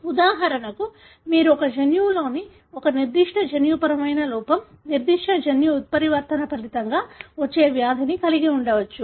ఉదాహరణకు మీరు ఒక జన్యువులోని ఒక నిర్దిష్ట జన్యుపరమైన లోపం నిర్దిష్ట జన్యు ఉత్పరివర్తన ఫలితంగా వచ్చే వ్యాధిని కలిగి ఉండవచ్చు